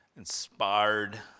inspired